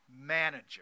manager